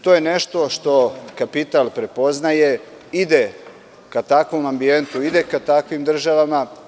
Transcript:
To je nešto što kapital prepoznaje, ide ka takvom ambijentu, ide ka takvim državama.